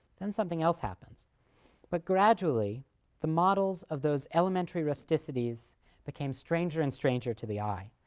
then something else happens but gradually the models of those elementary rusticities became stranger and stranger to the eye,